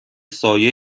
سایه